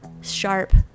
sharp